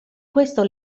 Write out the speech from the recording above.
questo